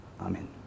Amen